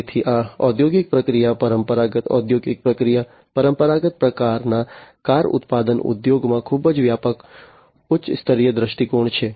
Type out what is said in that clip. તેથી આ ઔદ્યોગિક પ્રક્રિયા પરંપરાગત ઔદ્યોગિક પ્રક્રિયા પરંપરાગત પ્રકારના કાર ઉત્પાદન ઉદ્યોગમાં ખૂબ જ વ્યાપક ઉચ્ચ સ્તરીય દૃષ્ટિકોણ છે